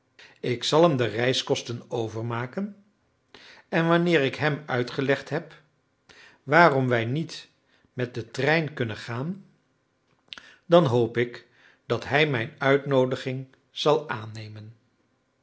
ik zal hem de reiskosten overmaken en wanneer ik hem uitgelegd heb waarom wij niet met den trein kunnen gaan dan hoop ik dat hij mijn uitnoodiging zal aannemen